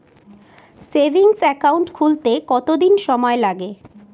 Savings account খুলতে কতদিন সময় লাগে?